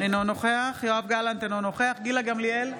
אינו נוכח יואב גלנט, אינו נוכח גילה גמליאל,